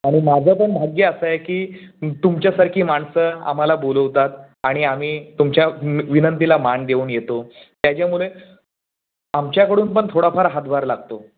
आणि माझं पण भाग्य असं आहे की तुमच्यासारखी माणसं आम्हाला बोलवतात आणि आम्ही तुमच्या विनंतीला मान देऊन येतो त्याच्यामुळे आमच्याकडून पण थोडा फार हातभार लागतो